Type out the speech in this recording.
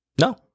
No